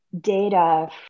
Data